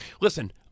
Listen